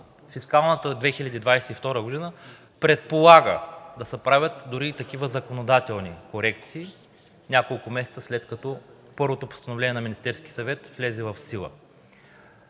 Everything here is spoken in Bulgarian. фискалната 2022 г. предполага да се правят дори и такива законодателни корекции, няколко месеца след като първото постановление на Министерския съвет влезе в сила.